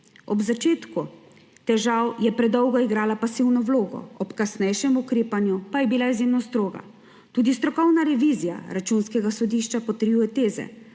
Ob začetku težav je predolgo igrala pasivno vlogo, ob kasnejšem ukrepanju pa je bila izjemno stroga. Tudi strokovna revizija Računskega sodišča potrjuje teze,